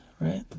right